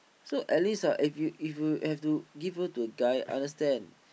so at least ah if you if you have to give her to a guy understand